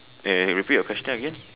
wait wait repeat your question again